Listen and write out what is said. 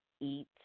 eat